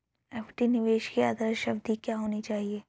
FD निवेश की आदर्श अवधि क्या होनी चाहिए?